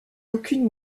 aucune